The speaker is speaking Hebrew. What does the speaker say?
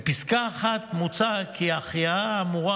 בפסקה (1) מוצע כי ההחייאה האמורה